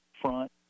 front